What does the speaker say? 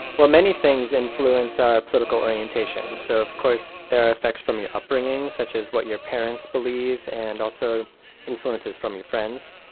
well many things influence our political orientations. so of course there are effects from your upbringing such as what your parents believe and also influences from your friends.